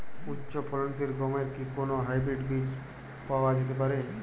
উচ্চ ফলনশীল গমের কি কোন হাইব্রীড বীজ পাওয়া যেতে পারে?